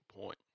point